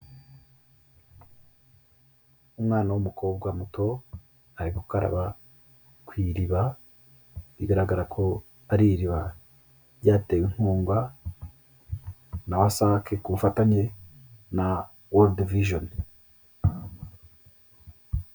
Umwana w'umukobwa muto, ari gukaraba ku iriba, bigaragara ko ari iriba ryatewe inkunga na wasake, ku bufatanye na wodivijoni.